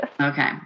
okay